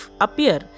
appear